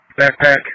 backpack